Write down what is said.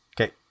Okay